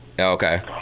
Okay